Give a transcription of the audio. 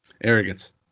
Arrogance